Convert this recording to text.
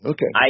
Okay